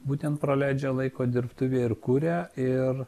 būtent praleidžia laiko dirbtuvėje ir kuria ir